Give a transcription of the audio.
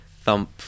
thump